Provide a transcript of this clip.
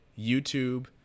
youtube